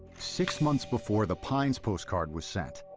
six months before the pines postcard was sent,